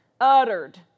uttered